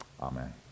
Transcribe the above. amen